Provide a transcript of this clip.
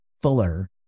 Fuller